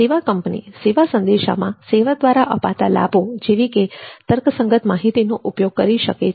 સેવા કંપની સેવા સંદેશામાં સેવા દ્વારા અપાતા લાભો જેવી તર્કસંગત માહિતીનો ઉલ્લેખ કરી શકે છે